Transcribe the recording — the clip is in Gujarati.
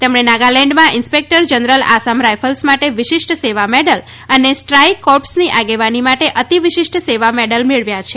તેમણે નાગાવેન્ડમાં ઇન્સ્પેકટર જનરલ આસામ રાઇફલ્સ માટે વિશિષ્ટ સેવા મેડલ અને સ્ટ્રાઇક કોર્પ્સની આગેવાની માટે અતિવિશિષ્ટ સેવા મેડલ મેળવ્યા છે